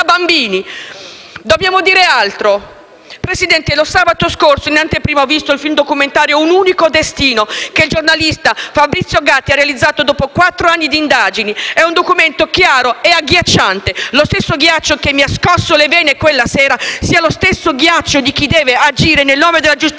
Dobbiamo dire altro? Presidente, sabato scorso, in anteprima ho visto il film documentario «Un unico destino», che il giornalista Fabrizio Gatti ha realizzato dopo quattro anni di indagini. È un documento chiaro e agghiacciante. Il ghiaccio che mi ha scosso le vene quella sera sia lo stesso di chi deve agire nel nome della giustizia e della verità.